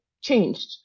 changed